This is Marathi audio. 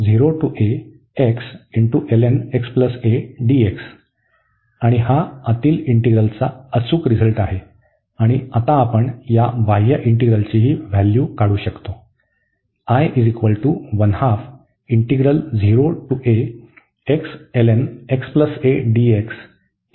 तर आणि हा आतील इंटिग्रलचा अचूक रिझल्ट आहे आणि आता आपण या बाह्य इंटिग्रलचीही व्हॅल्यू काढू शकतो